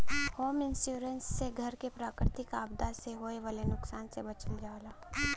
home insurance से घर क प्राकृतिक आपदा से होये वाले नुकसान से बचावल जा सकला